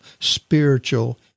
spiritual